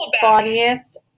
funniest